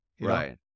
Right